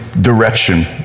direction